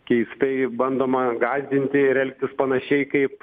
keistai bandoma gąsdinti ir elgtis panašiai kaip